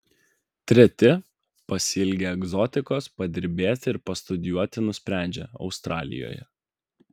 treti pasiilgę egzotikos padirbėti ir pastudijuoti nusprendžia australijoje